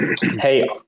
Hey